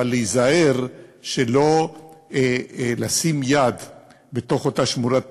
אבל להיזהר שלא לשים יד בתוך אותה שמורת טבע,